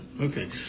Okay